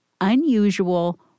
unusual